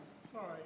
Sorry